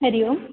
हरिः ओम्